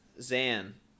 Zan